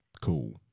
Cool